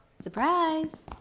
surprise